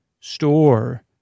store